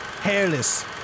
Hairless